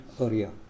area